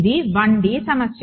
ఇది 1 డి సమస్య